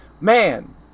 man